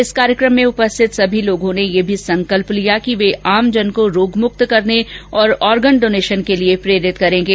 इस कार्यकम में उपस्थित सभी लोगों ने यह भी संकल्प लिया कि वे आमजन को रोगमुक्त रहने तथा ऑर्गन डोनेशन के लिए प्रेरित करेंगे